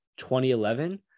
2011